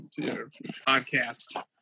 podcast